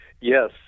Yes